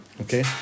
Okay